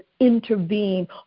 intervene